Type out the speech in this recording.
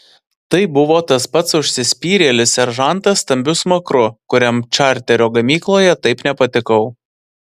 tai buvo tas pats užsispyrėlis seržantas stambiu smakru kuriam čarterio gamykloje taip nepatikau